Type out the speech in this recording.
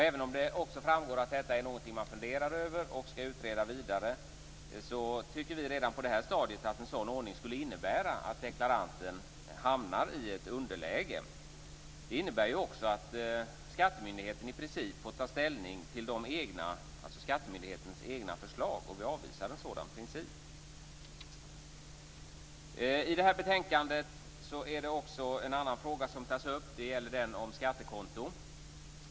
Även om det också framgår att detta är någonting man funderar över och skall utreda vidare, tycker vi redan på det här stadiet att en sådan ordning skulle innebära att deklaranten hamnar i ett underläge. Det innebär ju också att skattemyndigheten i princip får ta ställning till sina egna förslag. Vi avvisar en sådan princip. I det här betänkandet tas också en annan fråga upp. Det gäller skattekonto.